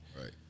Right